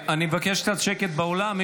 קצת שקט באולם.